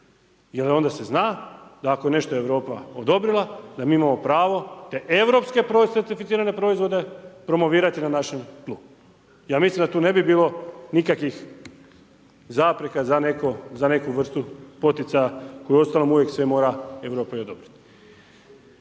Jer onda se zna da ako je nešto Europa odobrila da mi imamo pravo te europske .../Govornik se ne razumije./... proizvode promovirati na našem tlu. Ja mislim da tu ne bi bilo nikakvih zapreka za neku vrstu poticaja koju uostalom uvijek sve mora Europa i odobriti.